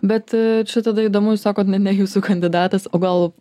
bet čia tada įdomu jūs sakot ne ne jūsų kandidatas o gal